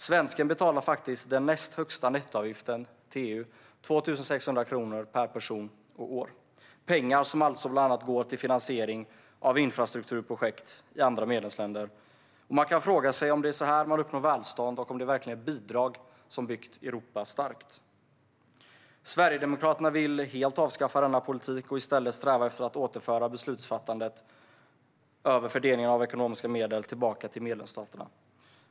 Svensken betalar faktiskt den näst högsta nettoavgiften till EU - 2 600 kronor per person och år. Det är pengar som alltså bland annat går till finansiering av infrastrukturprojekt i andra medlemsländer. Man kan fråga sig om det är så här man uppnår välstånd och om det verkligen är bidrag som byggt Europa starkt. Sverigedemokraterna vill helt avskaffa denna politik och i stället sträva efter att återföra beslutsfattandet över fördelningen av ekonomiska medel till medlemsstaterna.